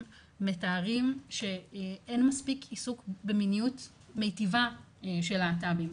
מתארים שאין מספיק עיסוק במיניות מיטיבה של להט"בים,